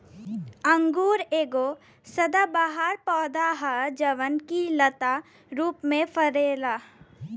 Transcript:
अंगूर एगो सदाबहार पौधा ह जवन की लता रूप में फरेला